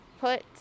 put